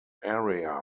area